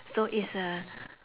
so it's a